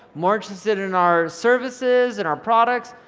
more interested in our services and our products?